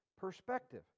perspective